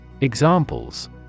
Examples